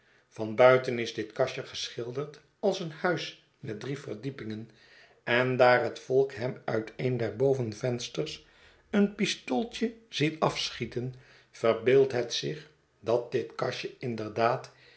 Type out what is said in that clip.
van buiten is dit kastje geschilderd als een huis met drie verdiepingen en daar het volk hem uit een der bovenvensters een pistooltje ziet afschieten verbeeldt het zich dat dit kastje